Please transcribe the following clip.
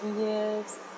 Yes